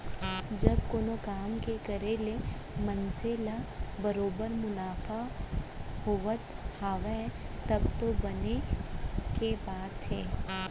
जब कोनो काम के करे ले मनसे ल बरोबर मुनाफा होवत हावय तब तो बने के बात हे